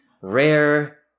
rare